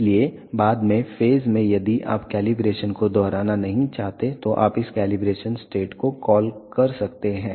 इसलिए बाद के फेज में यदि आप कैलिब्रेशन को दोहराना नहीं चाहते हैं तो आप इस कैलिब्रेशन स्टेट को कॉल कर सकते हैं